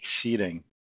exceeding